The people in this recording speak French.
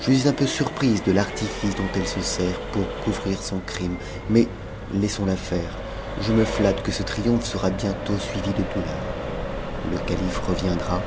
je suis peu surprise de l'artifice dont elle se sert pour couvrir son crime mais s laissons-la faire je me flatte que ce triomphe sera bientôt suivi de douleur le calife reviendra